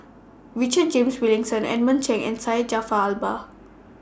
Richard James Wilkinson Edmund Cheng and Syed Jaafar Albar